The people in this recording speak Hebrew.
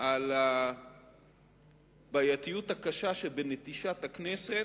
על הבעייתיות הקשה שבנטישת הכנסת,